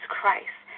Christ